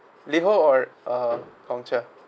LiHO or uh Gong Cha